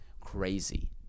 crazy